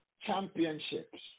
championships